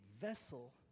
vessel